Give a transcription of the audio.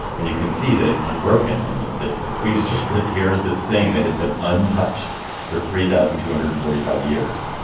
and you can see that it's unbroken and that the tweet is just that. here is this thing that has been untouched for three thousand two hundred and forty five years.